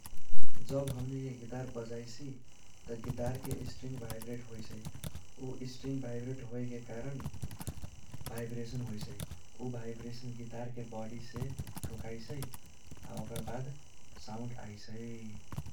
जब हमनीके गिटार बजाइसि त गिटारके स्ट्रिंग भाइब्रैट होइसै। उ स्ट्रिंग भाइब्रैट होयेके कारण भाइब्रैशन होइसै। उ भाइब्रैशन गिटारके बोडीसे ठोकाइसै आ ओकर बाद साउन्ड आइसै।